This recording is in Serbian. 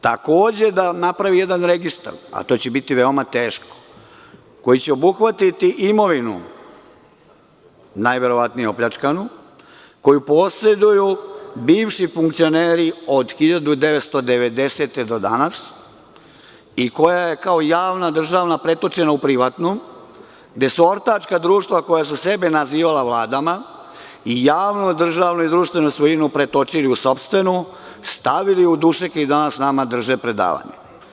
Takođe, da napravi jedan registar, a to će biti veoma teško, koji će obuhvatiti imovinu, najverovatnije opljačkanu, koju poseduju bivši funkcioneri od 1990. do danas i koja je kao javna, državna pretočena u privatnu, gde su ortačka društva koja su sebe nazivala vladama, i javnu, državnu i društvenu svojinu pretočili u sopstvenu, stavili u dušeke i danas nama drže predavanje.